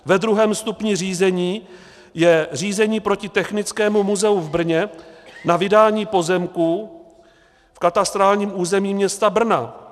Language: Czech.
Ve druhém stupni řízení je řízení proti Technickému muzeu v Brně na vydání pozemků v katastrálním území města Brna.